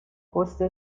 پست